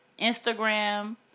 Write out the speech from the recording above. Instagram